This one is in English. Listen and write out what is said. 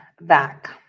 back